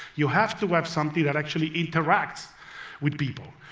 you have to have something that actually interacts with people.